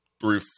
three